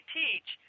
teach